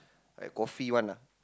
like coffee one ah